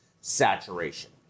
saturation